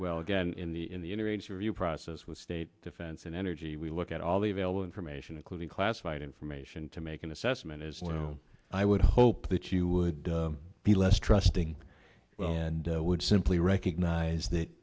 well again in the in the inner age where you process with state defense and energy we look at all the available information including classified information to make an assessment as well i would hope that you would be less trusting and would simply recognize that